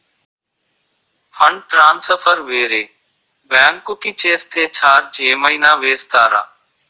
Fund transfer వేరే bank కి చేస్తే ఛార్జ్ ఏమైనా వేస్తారా?